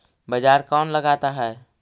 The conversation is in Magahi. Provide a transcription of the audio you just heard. बाजार कौन लगाता है?